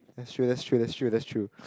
that's true that's true that's true that's true